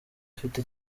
afite